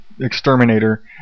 exterminator